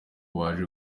baje